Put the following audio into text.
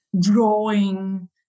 drawing